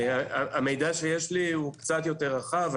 המידע שיש לי הוא קצת יותר רחב.